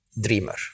dreamer